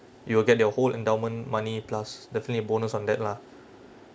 you will get their whole endowment money plus definitely bonus on that lah